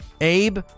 Abe